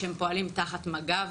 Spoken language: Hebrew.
שפועלים תחת מג"ב